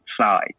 side